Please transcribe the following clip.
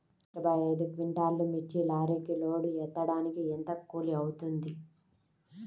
ఇరవై ఐదు క్వింటాల్లు మిర్చి లారీకి లోడ్ ఎత్తడానికి ఎంత కూలి అవుతుంది?